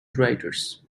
riders